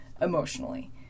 Emotionally